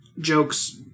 jokes